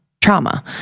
trauma